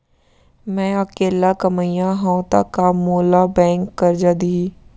मैं अकेल्ला कमईया हव त का मोल बैंक करजा दिही?